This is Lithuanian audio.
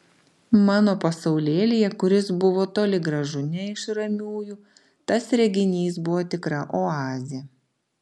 mano pasaulėlyje kuris buvo toli gražu ne iš ramiųjų tas reginys buvo tikra oazė